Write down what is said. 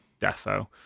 Defo